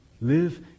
live